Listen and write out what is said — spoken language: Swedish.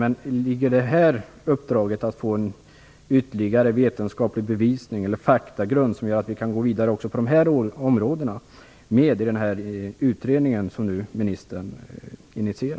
Ingår det i den utredning som ministern nu initierar också att få fram en ytterligare vetenskaplig bevisning eller faktagrund som gör att vi kan gå vidare också på dessa områden?